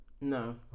No